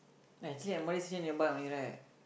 eh actually M_R_T station nearby only right